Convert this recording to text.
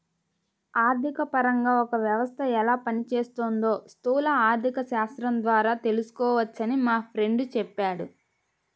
ఆర్థికపరంగా ఒక వ్యవస్థ ఎలా పనిచేస్తోందో స్థూల ఆర్థికశాస్త్రం ద్వారా తెలుసుకోవచ్చని మా ఫ్రెండు చెప్పాడు